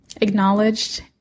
acknowledged